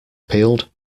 peeled